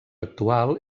actual